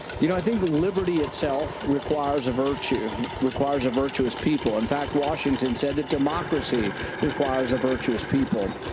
you know, i think liberty, itself requires a virtue requires a virtuous people. in fact, washington said that democracy requires a virtuous people.